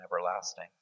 everlasting